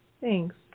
Thanks